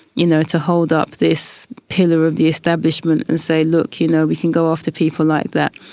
you know, to hold up this pillar of the establishment and say, look. you know we can go after people like that,